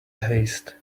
haste